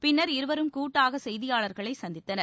பின்னர் இருவரும் கூட்டாக செய்தியாளர்களை சந்தித்தனர்